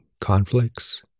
conflicts